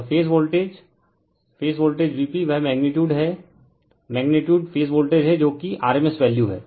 और phase voltage phase voltage Vp वह magnitude है मैग्नीटयूड फेज वोल्टेज है जो कि rms वैल्यू है